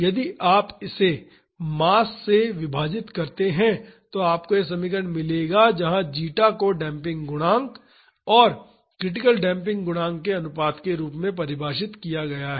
यदि आप इसे मास से विभाजित करते हैं तो आपको यह समीकरण मिलेगा जहां जीटा को डेम्पिंग गुणांक और क्रिटिकल डेम्पिंग गुणांक के अनुपात के रूप में परिभाषित किया गया है